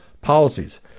policies